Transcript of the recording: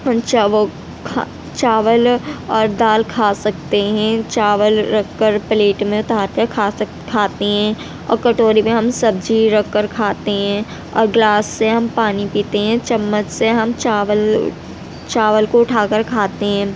ان چاوو کھا چاول اور دال کھا سکتے ہیں چاول رکھ کر پلیٹ میں اتار کر کھا سکتے کھاتے ہیں اور کٹوری میں ہم سبزی رکھ کر کھاتے ہیں اورگلاس سے ہم پانی پیتے ہیں چمچ سے ہم چاول چاول کو اٹھا کر کھاتے ہیں